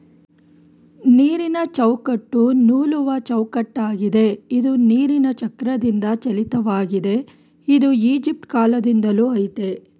ನೀರಿನಚೌಕಟ್ಟು ನೂಲುವಚೌಕಟ್ಟಾಗಿದೆ ಇದು ನೀರಿನಚಕ್ರದಿಂದಚಾಲಿತವಾಗಿದೆ ಇದು ಈಜಿಪ್ಟಕಾಲ್ದಿಂದಲೂ ಆಯ್ತೇ